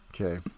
Okay